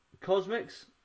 Cosmics